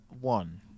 One